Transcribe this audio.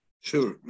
Sure